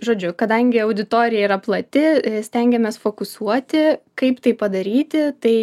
žodžiu kadangi auditorija yra plati stengiamės fokusuoti kaip tai padaryti tai